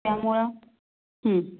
त्यामुळं